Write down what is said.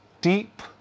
deep